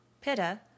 Pitta